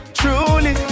truly